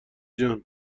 جان